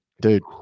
Dude